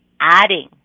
adding